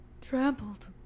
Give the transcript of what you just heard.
trampled